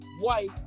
white